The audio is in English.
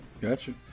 gotcha